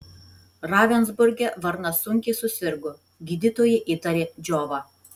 ravensburge varnas sunkiai susirgo gydytojai įtarė džiovą